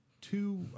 two